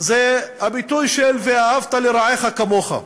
הוא הביטוי "ואהבת לרעך כמוך".